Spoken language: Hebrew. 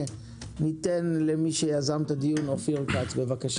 ניתן לאופיר כץ שיזם את הדיון לדבר, בבקשה.